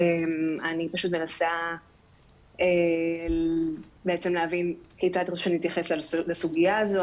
אני פשוט מנסה בעצם להבין כיצד את רוצה שאני אתייחס לסוגייה הזו,